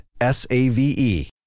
S-A-V-E